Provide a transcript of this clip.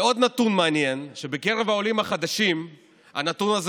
ועוד נתון מעניין: בקרב העולים החדשים הנתון הזה